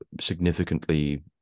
significantly